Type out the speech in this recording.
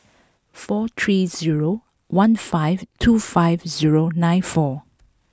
four three zero one five two five zero nine four